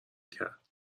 کرد